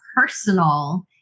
personal